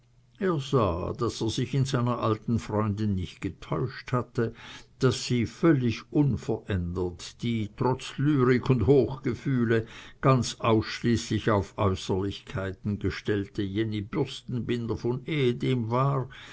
er sah daß er sich in seiner alten freundin nicht getäuscht hatte daß sie völlig unverändert die trotz lyrik und hochgefühle ganz ausschließlich auf äußerlichkeiten gestellte jenny bürstenbinder von ehedem war